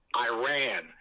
Iran